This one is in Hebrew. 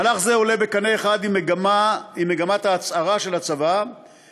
מהלך זה עולה בקנה אחד עם מגמת ההצערה של הצבא וגם